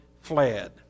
fled